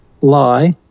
lie